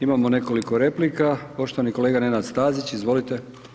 Imamo nekoliko replika, poštovani kolega Nenad Stazić, izvolite.